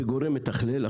כגורם מתכלל,